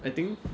I think